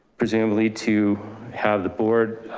presumably to have the board